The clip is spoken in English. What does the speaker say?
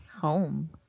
Home